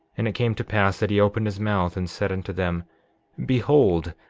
and it came to pass that he opened his mouth and said unto them behold,